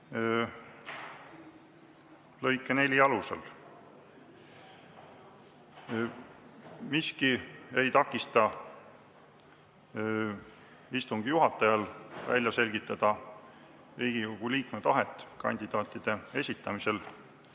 lõike 4 alusel. Miski ei takista istungi juhatajal välja selgitada Riigikogu liikme tahet kandidaatide esitamisel.